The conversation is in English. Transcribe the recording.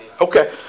Okay